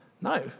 No